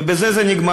ובזה זה נגמר.